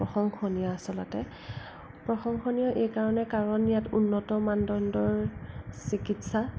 প্ৰশংসনীয় আচলতে প্ৰশংসনীয় এইকাৰণে কাৰণ ইয়াত উন্নত মানদণ্ডৰ চিকিৎসা